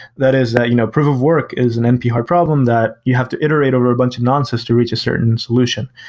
that is that you know proof of work is an npr problem that you have to iterate over a bunch of nonsense to reach a certain solution,